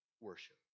worship